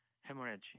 hemorrhage